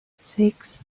six